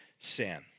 sin